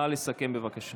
נא לסכם, בבקשה.